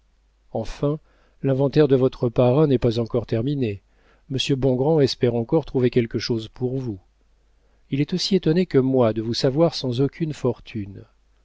enfin l'inventaire de votre parrain n'est pas encore terminé monsieur bongrand espère encore trouver quelque chose pour vous il est aussi étonné que moi de vous savoir sans aucune fortune